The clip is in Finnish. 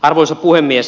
arvoisa puhemies